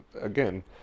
again